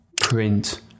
print